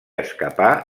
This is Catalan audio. escapar